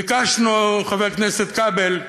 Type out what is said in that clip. ביקשנו, חבר הכנסת כבל,